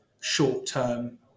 short-term